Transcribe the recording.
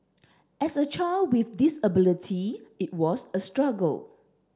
as a child with disability it was a struggle